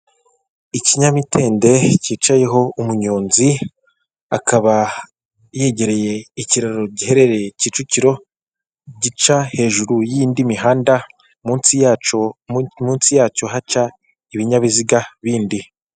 Ikinyamitende kicayeho umunyonzi, akaba yegereye ikiraro giherereye Kicukiro, gica hejuru y'indi mihanda munsi yacyo, munsi yacyo haca ibinyabiziga bindi.